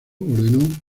ordenó